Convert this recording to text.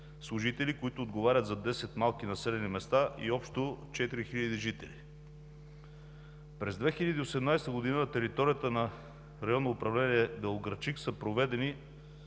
служители, които отговарят за десет малки населени места и общо четири хиляди жители. През 2018 г. на територията на Районно управление – Белоградчик, са проведени